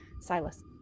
Silas